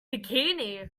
bikini